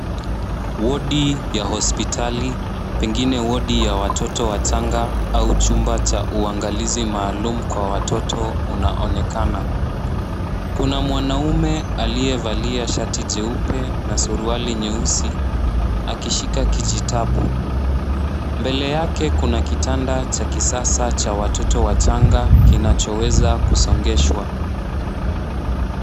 Wodi ya hospitali pengine wodi ya watoto wachanga au chumba cha uangalizi maalum kwa watoto unaonekana. Kuna mwanaume aliyevalia shati jeupe na suruali nyeusi akishika kijitabu. Mbele yake kuna kitanda cha kisasa cha watoto wachanga kinachoweza kusongeshwa.